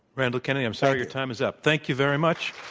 randall kennedy, i'm sorry, your time is up. thank you very much.